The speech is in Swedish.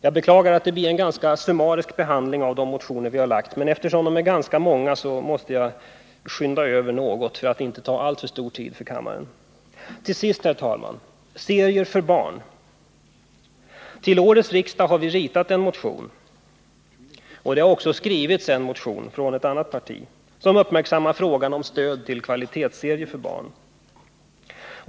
Jag beklagar att det blir en ganska summarisk behandling av de motioner som vi har lagt fram, men eftersom de är ganska många måste jag skynda mig för att inte ta alltför mycket av kammarens tid i anspråk. Slutligen, herr talman, till serierna för barn. Till årets riksmöte har vi ritat en motion — det har också skrivits en motion av representanter för ett annat parti — där frågan om stöd till kvalitetsserier har uppmärksammats.